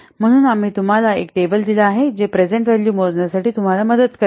म्हणून आम्ही तुम्हाला एक टेबल दिले आहे जे प्रेझेन्ट व्हॅल्यूज मोजण्यासाठी तुम्हाला मदत करते